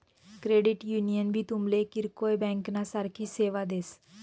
credit union भी तुमले किरकोय ब्यांकना सारखी सेवा देस